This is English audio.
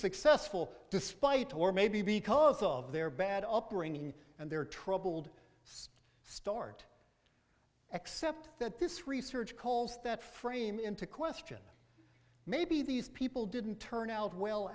successful despite or maybe because of their bad upbringing and their troubled start except that this research calls that frame into question maybe these people didn't turn out well